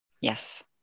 Yes